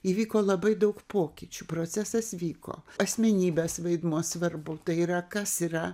įvyko labai daug pokyčių procesas vyko asmenybės vaidmuo svarbu tai yra kas yra